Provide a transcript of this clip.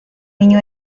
niño